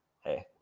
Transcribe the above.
hey